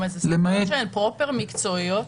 זה פרופר מקצועי.